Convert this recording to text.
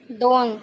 दोन